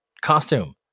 costume